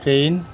train